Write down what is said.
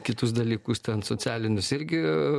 kitus dalykus ten socialinius irgi